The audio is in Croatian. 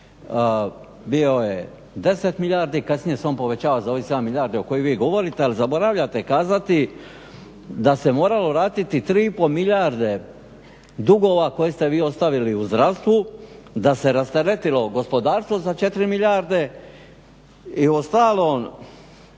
bio je 10 milijardi i kasnije se on povećava za ovih 7 milijardi o kojima vi govorite ali zaboravljate kazati da se moralo vratiti 3,5 milijarde dugova koje ste vi ostavili u zdravstvu da se rasteretilo gospodarstvo za 4 milijarde. I uostalom